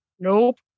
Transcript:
Nope